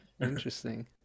Interesting